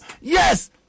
Yes